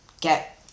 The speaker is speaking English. get